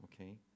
okay